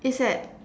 is at